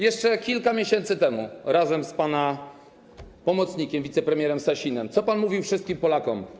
Jeszcze kilka miesięcy temu razem z pana pomocnikiem wicepremierem Sasinem co pan mówił wszystkim Polakom?